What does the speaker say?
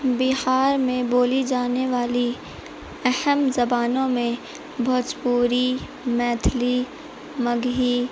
بہار میں بولی جانے والی اہم زبانوں میں بھوجپوری میتھلی مگہی